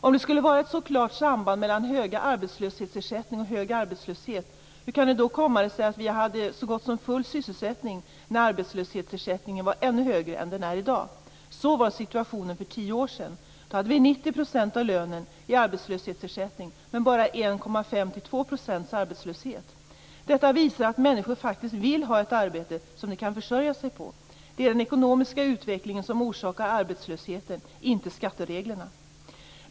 Om det skulle varit ett så klart samband mellan hög arbetslöshetsersättning och hög arbetslöshet, hur kan det då komma sig att vi hade så gott som full sysselsättning när arbetslöshetsersättningen var ännu högre än den är i dag? Så var situationen för tio år sedan. Då hade vi 90 % av lönen i arbetslöshetsersättning men bara 1,5-2 % arbetslöshet. Detta visar att människor faktiskt vill ha ett arbete som de kan försörja sig på. Det är den ekonomiska utvecklingen som orsakar arbetslösheten, inte skattereglerna.